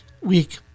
week